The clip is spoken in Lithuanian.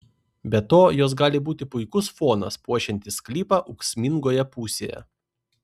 be to jos gali būti puikus fonas puošiantis sklypą ūksmingoje pusėje